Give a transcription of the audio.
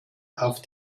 auf